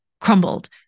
crumbled